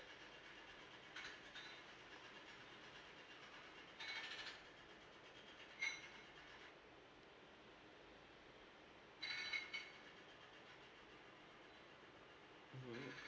mmhmm